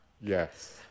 Yes